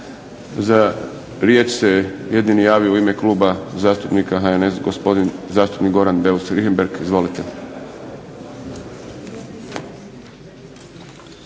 Za riječ se jedini javio u ime Kluba zastupnika HNS-g gospodin zastupnik Goran Beus Richembergh. Izvolite.